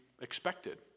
expected